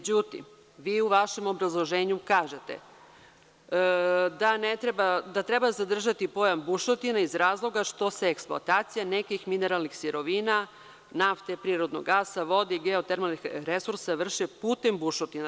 Međutim, vi u vašem obrazloženju kažete da treba zadržati pojam bušotine iz razloga što se eksploatacija nekih mineralnih sirovina, nafte, prirodnog gasa, vode i geotermalnih resursa vrše putem bušotina.